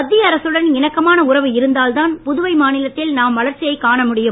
மத்திய அரசுடன் இணக்கமான உறவு இருந்தால்தான் புதுவை மாநிலத்தில் நாம் வளர்ச்சியை காண முடியும்